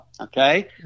okay